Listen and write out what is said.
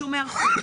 שום היערכות.